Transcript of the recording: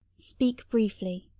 speak briefly,